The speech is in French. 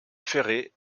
ferré